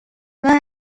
when